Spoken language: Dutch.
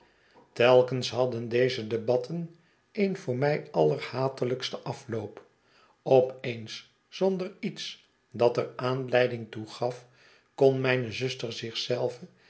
telkens hadden deze debatten een voor mij allerhatelijksten afloop op eens zonder iets dat er aanleiding toe gaf kon mijne zuster